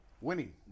Winning